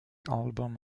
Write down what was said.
album